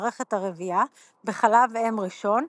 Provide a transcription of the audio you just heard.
מערכת הרבייה בחלב אם ראשון,